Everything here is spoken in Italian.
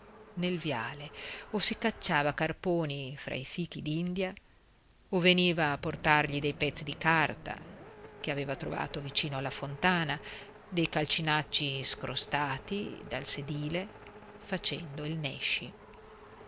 nel viale o si cacciava carponi fra i fichi d'india o veniva a portargli dei pezzi di carta che aveva trovato vicino alla fontana dei calcinacci scrostati dal sedile facendo il nesci